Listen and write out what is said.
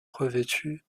revêtue